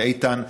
ואיתן,